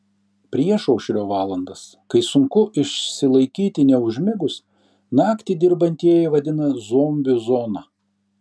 priešaušrio valandas kai sunku išsilaikyti neužmigus naktį dirbantieji vadina zombių zona